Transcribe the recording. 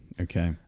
Okay